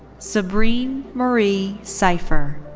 sabrine marie cypher.